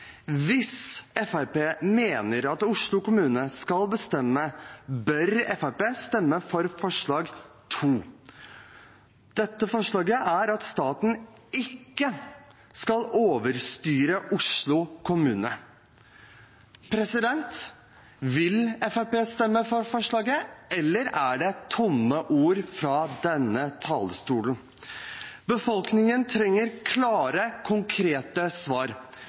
Hvis Fremskrittspartiet mener at Oslo kommune skal bestemme, bør Fremskrittspartiet stemme for forslag nr. 2, som er at staten ikke skal overstyre Oslo kommune. Vil Fremskrittspartiet stemme for forslaget, eller er det tomme ord fra denne talerstolen? Befolkningen trenger klare, konkrete svar.